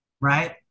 right